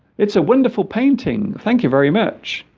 it's a wonderful painting thank you very much